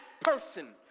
person